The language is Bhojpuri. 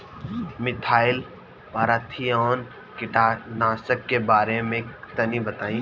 मिथाइल पाराथीऑन कीटनाशक के बारे में तनि बताई?